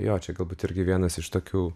jo čia galbūt irgi vienas iš tokių